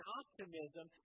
optimism